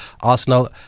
Arsenal